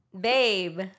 Babe